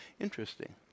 Interesting